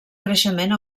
creixement